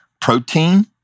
protein